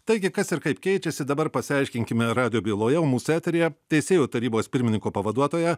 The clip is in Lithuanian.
taigi kas ir kaip keičiasi dabar pasiaiškinkime radijo byloje mūsų eteryje teisėjų tarybos pirmininko pavaduotoja